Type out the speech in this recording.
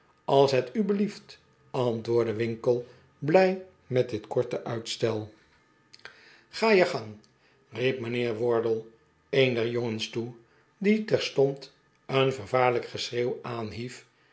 als het u be lie ft antwoordde winkle blij met dit korte uitstel de pickwick club ga je gang riep mijnheer wardle een der jongens toe die terstond een vervaarlijk geschreeuw aanhief